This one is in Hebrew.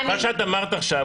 מה שאת אמרת עכשיו,